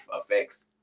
affects